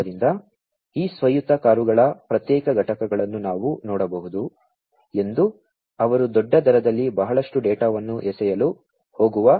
ಆದ್ದರಿಂದ ಈ ಸ್ವಾಯತ್ತ ಕಾರುಗಳ ಪ್ರತ್ಯೇಕ ಘಟಕಗಳನ್ನು ನಾವು ನೋಡಬಹುದು ಎಂದು ಅವರು ದೊಡ್ಡ ದರದಲ್ಲಿ ಬಹಳಷ್ಟು ಡೇಟಾವನ್ನು ಎಸೆಯಲು ಹೋಗುವ